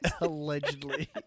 Allegedly